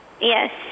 Yes